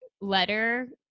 letter